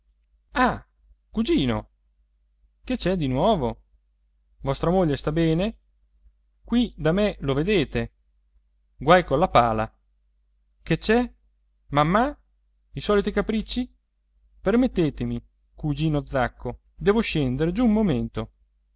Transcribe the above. ah cugino che c'è di nuovo vostra moglie sta bene qui da me lo vedete guai colla pala che c'è mammà i soliti capricci permettetemi cugino zacco devo scendere giù un momento